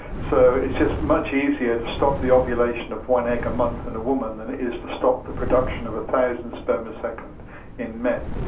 so it's just much easier to stop the ovulation of one egg a month in a woman than it is to stop the production of one thousand sperm a second in men.